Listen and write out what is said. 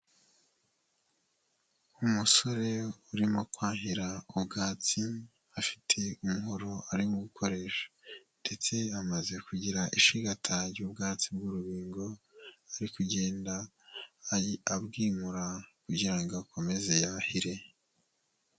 Umusore urimo kwahira ubwatsi afite umuhoro arimo gukoresha ndetse amaze kugira ishigata ry'ubwatsi bw'urubingo ari kugenda abwimura kugira ngo akomeze yahire.